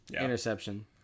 interception